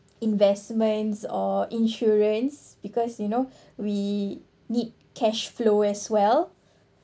investments or insurance because you know we need cash flow as well